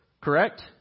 Correct